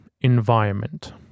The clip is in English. environment